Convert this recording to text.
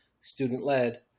student-led